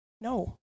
No